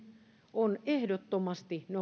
on ehdottomasti